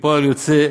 וכפועל יוצא,